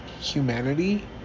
humanity